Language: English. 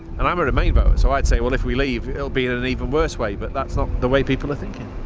and i'm a remain voter so i'd say, well if we leave it'll be in an even worse way but that's not the way people are thinking.